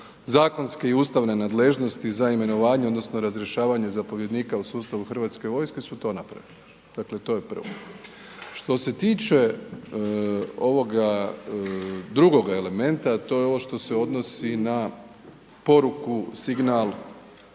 zakonske i ustavne nadležnosti za imenovanje odnosno razrješavanje zapovjednika u sustavu hrvatske vojske su to napravili. Dakle, to je prvo. Što se tiče ovoga drugoga elementa to je ovo što se odnosi na poruku, signal